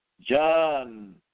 John